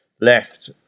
left